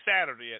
Saturday